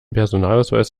personalausweis